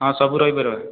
ହଁ ସବୁ ରହିପାରିବା